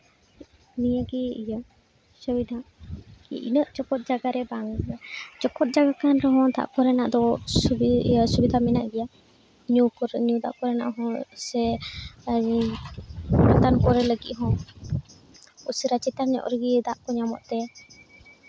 ᱱᱤᱭᱟᱹᱜᱮ ᱚᱥᱩᱵᱤᱫᱷᱟ ᱤᱱᱟᱹᱜ ᱪᱚᱯᱚᱫ ᱡᱟᱭᱜᱟ ᱨᱮ ᱵᱟᱝ ᱦᱩᱭᱩᱜᱼᱟ ᱪᱚᱯᱚᱫ ᱡᱟᱭᱜᱟ ᱠᱟᱱ ᱨᱮᱦᱚᱸ ᱱᱚᱣᱟ ᱫᱟᱜ ᱠᱚᱨᱮᱱᱟᱜ ᱫᱚ ᱚᱥᱩᱵᱤᱫᱷᱟ ᱢᱮᱱᱟᱜ ᱜᱮᱭᱟ ᱧᱩ ᱫᱟᱜ ᱠᱚᱨᱮᱱᱟᱜ ᱥᱮ ᱵᱟᱛᱟᱱ ᱠᱚᱨᱮ ᱞᱟᱹᱜᱤᱫ ᱦᱚᱸ ᱩᱥᱟᱹᱨᱟ ᱪᱮᱛᱟᱱ ᱧᱚᱜ ᱨᱮᱜᱮ ᱫᱟᱜ ᱠᱚ ᱪᱮᱛᱟᱱ ᱛᱮ